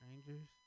strangers